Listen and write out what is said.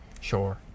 Sure